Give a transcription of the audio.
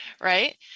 Right